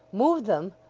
move them!